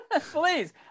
Please